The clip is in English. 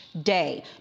day